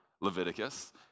Leviticus